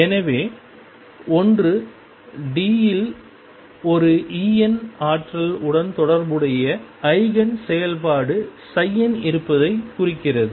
எனவே ஒன்று d இல் ஒரு En ஆற்றல் உடன் தொடர்புடைய ஈஜென் செயல்பாடு n இருப்பதைக் குறிக்கிறது